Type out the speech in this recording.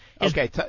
Okay